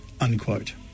unquote